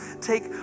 take